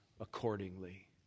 accordingly